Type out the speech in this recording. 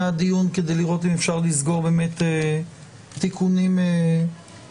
הדיון כדי לראות אם אפשר לסגור תיקונים נדרשים,